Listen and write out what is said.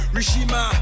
Rishima